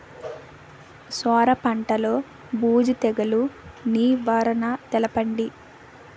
సొర పంటలో బూజు తెగులు నివారణ తెలపండి?